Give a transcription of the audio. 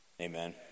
Amen